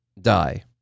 die